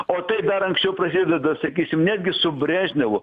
o tai dar anksčiau prasideda sakysim netgi su brežnevu